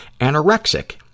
anorexic